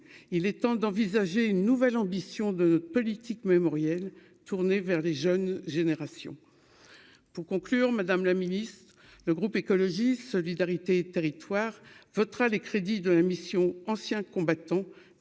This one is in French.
il est temps d'envisager une nouvelle ambition de politique mémorielle tourné vers les jeunes générations pour conclure madame la Ministre, le groupe écologiste solidarité territoires votera les crédits de la mission Anciens combattants,